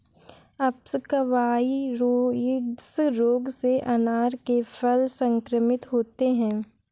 अप्सकवाइरोइड्स रोग से अनार के फल संक्रमित होते हैं